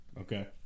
okay